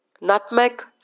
nutmeg